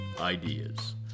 ideas